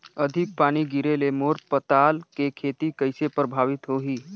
अधिक पानी गिरे ले मोर पताल के खेती कइसे प्रभावित होही?